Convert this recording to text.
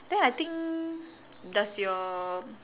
then I think does your